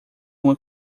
uma